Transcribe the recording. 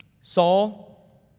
Saul